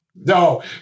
No